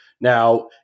Now